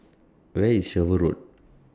Where IS Sherwood Road